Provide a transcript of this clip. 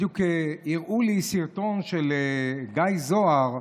בדיוק הראו לי סרטון של גיא זוהר,